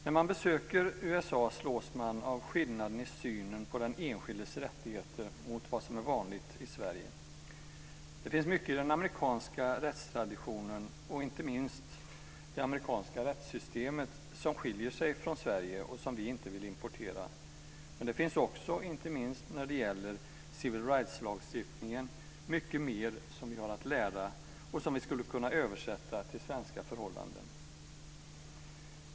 När man besöker USA slås man av skillnaden i synen på den enskildes rättigheter mot vad som är vanligt i Sverige. Det finns mycket i den amerikanska rättstraditionen och, inte minst, det amerikanska rättssystemet som skiljer sig från Sverige och som vi inte vill importera. Men det finns också, inte minst när det gäller civil rights-lagstiftningen, mycket mer som vi har att lära och som vi skulle kunna översätta till svenska förhållanden.